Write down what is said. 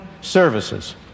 services